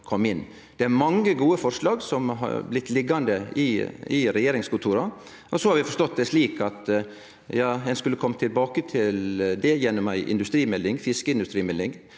Det er mange gode forslag som har blitt liggjande i regjeringskontora. Vi har forstått det slik at ein skulle kome tilbake til det gjennom ei fiskeindustrimelding.